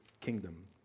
kingdom